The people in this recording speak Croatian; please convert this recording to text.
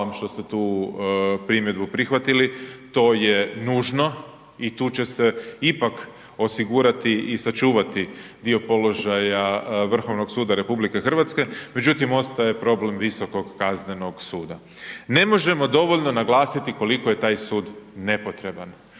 hvala vam što ste tu primjedbu prihvatili, to je nužno i tu će se ipak osigurati i sačuvati dio položaja Vrhovnog suda RH međutim ostaje problem Visokog kaznenog suda. Ne možemo dovoljno naglasiti koliko je taj sud nepotreban,